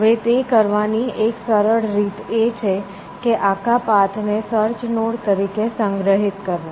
હવે તે કરવાની એક સરળ રીત એ છે કે આખા પાથને સર્ચ નોડ તરીકે સંગ્રહિત કરવો